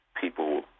people